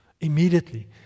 immediately